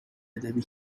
ادبی